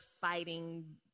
fighting